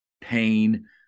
pain